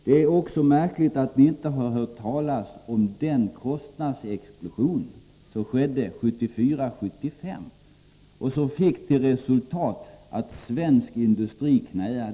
Det är också märkligt om ni inte har hört talas om den kostnadsexplosion som skedde 1974 och 1975 och som fick till resultat att svensk industri knäade.